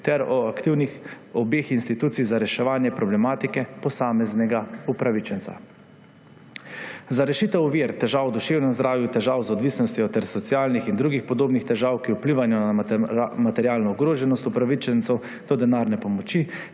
ter o aktivnih obeh institucijah za reševanje problematike posameznega upravičenca. Za rešitev ovir, težav v duševnem zdravju, težav z odvisnostjo ter socialnih in drugih podobnih težav, ki vplivajo na materialno ogroženost upravičencev do denarne pomoči,